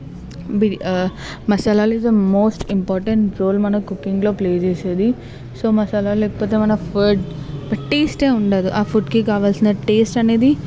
B masala is most important role మన కుకింగ్లో play చేసేది సో మసాలా లేకపోతే మన ఫుడ్ టేస్టే ఉండదు ఆ ఫుడ్కి కావలసిన టేస్ట్ అనేది